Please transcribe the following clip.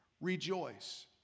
rejoice